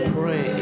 pray